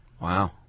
Wow